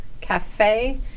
Cafe